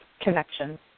connection